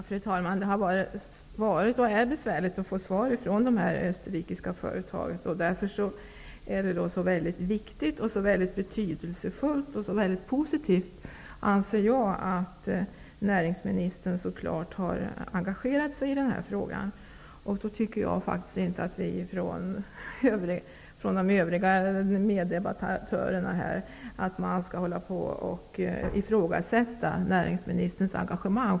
Fru talman! Det har varit och är besvärligt att få svar från de österrikiska företagen. Jag anser därför att det är mycket betydelsefullt och positivt att näringsministern så klart har engagerat sig i denna fråga. Jag tycker då inte att de övriga meddebattörerna här skall ifrågasätta näringsministerns engagemang.